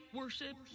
worship